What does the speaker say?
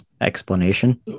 explanation